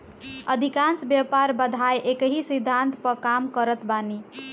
अधिकांश व्यापार बाधाएँ एकही सिद्धांत पअ काम करत बानी